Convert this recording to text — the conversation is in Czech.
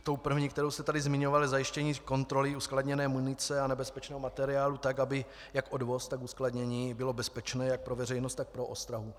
Tou první, kterou jste tady zmiňoval, je zajištění kontroly uskladněné munice a nebezpečného materiálu tak, aby jak odvoz, tak uskladnění byly bezpečné jak pro veřejnost, tak pro ostrahu.